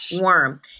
worm